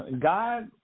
God